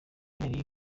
yari